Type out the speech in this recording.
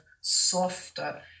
softer